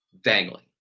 dangling